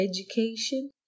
education